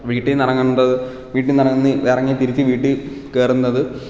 വീട്ടിൽ നിന്ന് ഇറങ്ങേണ്ടത് വീട്ടിൽ നിന്ന് ഇറങ്ങി ഇറങ്ങി തിരിച്ചു വീട്ടിൽ കയറുന്നത്